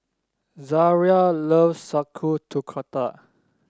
Zaria loves Sauerkraut